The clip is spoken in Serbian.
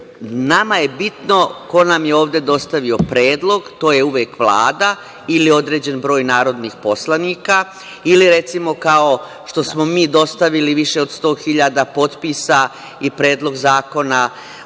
Nama je bitno ko nam je ovde dostavio predlog, to je uvek Vlada ili određeni broj narodnih poslanika ili recimo, kao što smo mi dostavili više od 100.000 potpisa i Predlog zakona